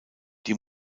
die